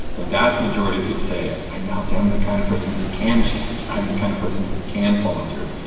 the vast majority of people say i now see i'm the kind of person who can change, i'm the kind of person who can follow through'.